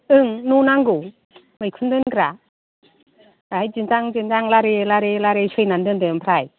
ओं न' नांगौ मैखुन दोनग्रा बेवहाय दिन्दां दिन्दां लारि लारि लारि सैनानै दोनदो ओमफ्राय